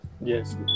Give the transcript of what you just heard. yes